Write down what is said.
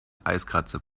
eiskratzer